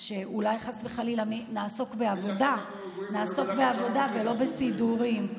אולי, חס וחלילה, נעסוק בעבודה ולא בסידורים.